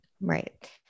Right